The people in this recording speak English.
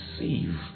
receive